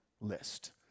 list